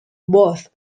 both